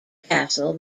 castle